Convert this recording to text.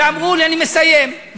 אני מסיים.